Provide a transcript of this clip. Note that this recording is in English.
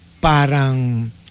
parang